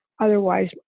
otherwise